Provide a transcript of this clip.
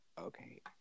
Okay